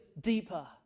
deeper